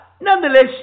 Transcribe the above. nonetheless